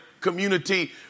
community